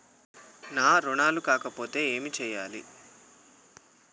నా రుణాలు కాకపోతే ఏమి చేయాలి?